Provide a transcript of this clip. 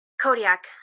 Kodiak